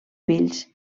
fills